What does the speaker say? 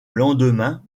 lendemain